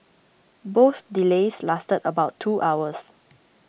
both delays lasted about two hours